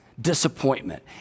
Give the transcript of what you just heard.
disappointment